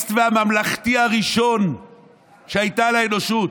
הפלורליסט והממלכתי הראשון שהיה לאנושות.